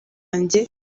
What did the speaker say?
wanjye